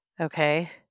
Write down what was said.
Okay